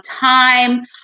time